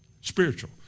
spiritual